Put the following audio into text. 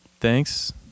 thanks